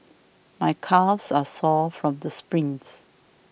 my calves are sore from all the sprints